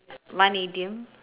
one idiom